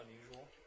unusual